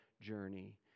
journey